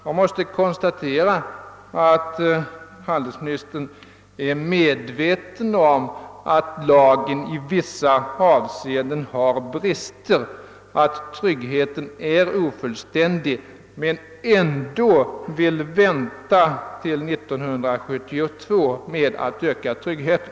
Jag konstaterar att handelsministern är medveten om att lagen i vissa avseenden har brister och att tryggheten är ofullständig men att han ändå vill vänta till 1972 med att öka tryggheten.